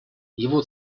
его